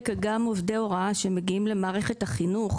גם עובדי הוראה שמגיעים למערכת החינוך